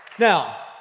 Now